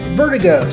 vertigo